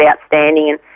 outstanding